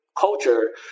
culture